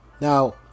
Now